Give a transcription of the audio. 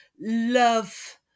love